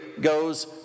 goes